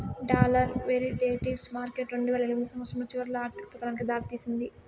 dollar derivatives market రెండువేల ఎనిమిదో సంవచ్చరం చివరిలో ఆర్థిక పతనానికి దారి తీసింది